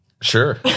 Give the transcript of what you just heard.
Sure